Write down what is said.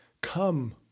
come